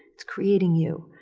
it's creating you.